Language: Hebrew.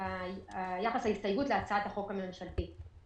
היחס של ההסתייגות להצעת החוק הממשלתית.